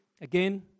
again